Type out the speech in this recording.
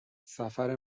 سفر